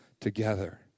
together